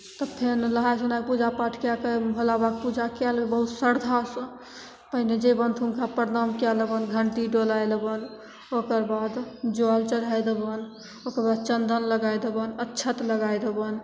तब फेर नहै सोनैके पूजा पाठ कै के भोला बाबाके पूजा कै लेबै बहुत श्रद्धासे पहिले जएबनि तऽ हुनका परनाम कै लेबनि घण्टी डोलै लेबनि ओकर बाद जल चढ़ै देबनि ओकर बाद चन्दन लगै देबनि अच्छत लगै देबनि